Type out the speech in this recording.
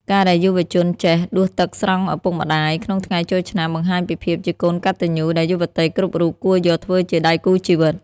ការដែលយុវជនចេះ "ដួសទឹកស្រង់ឪពុកម្ដាយ" ក្នុងថ្ងៃចូលឆ្នាំ បង្ហាញពីភាពជាកូនកតញ្ញូដែលយុវតីគ្រប់រូបគួរយកធ្វើជាដៃគូជីវិត។